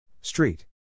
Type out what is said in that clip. Street